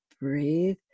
breathe